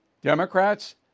Democrats